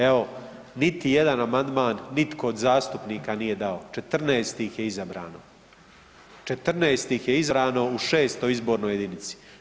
Evo niti jedan amandman nitko od zastupnika nije dao, 14 ih je izabrano, 14 ih je izabrano u 6. izbornoj jedinici.